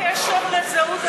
בלי קשר לזהות.